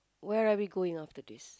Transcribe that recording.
where are we going after this